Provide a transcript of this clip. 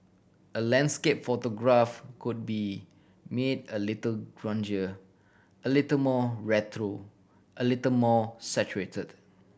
a landscape photograph could be made a little grungier a little more retro a little more saturated